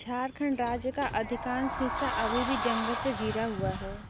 झारखंड राज्य का अधिकांश हिस्सा अभी भी जंगल से घिरा हुआ है